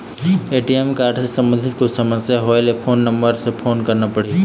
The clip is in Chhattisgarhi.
ए.टी.एम कारड से संबंधित कोई समस्या होय ले, कोन से नंबर से फोन करना पढ़ही?